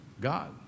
God